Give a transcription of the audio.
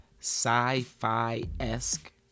sci-fi-esque